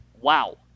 wow